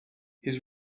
his